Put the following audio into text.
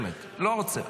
באמת, לא רוצה.